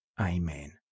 Amen